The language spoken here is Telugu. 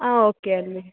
ఓకే అండి